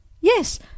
Yes